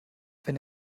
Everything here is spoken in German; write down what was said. wenn